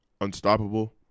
unstoppable